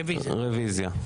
רוויזיה.